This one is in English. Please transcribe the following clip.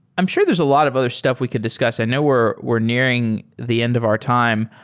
i'm sure there's a lot of other stuff we could discuss. i know we're we're nearing the end of our time.